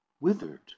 withered